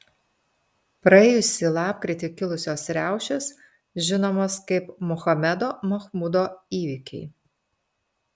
praėjusį lapkritį kilusios riaušės žinomos kaip mohamedo mahmudo įvykiai